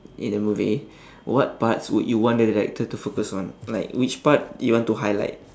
in a movie what parts would you want the director to focus on like which part you want to highlight